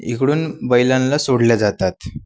इकडून बैलांना सोडले जातात